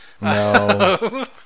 No